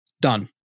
Done